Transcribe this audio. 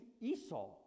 Esau